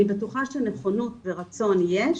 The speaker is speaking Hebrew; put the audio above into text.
אני בטוחה שנכונות ורצון יש,